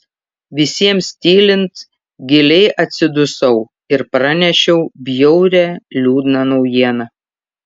visiems tylint giliai atsidusau ir pranešiau bjaurią liūdną naujieną